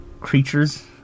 creatures